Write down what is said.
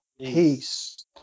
Peace